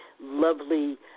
lovely